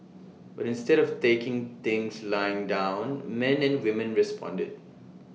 but instead of taking things lying down men and women responded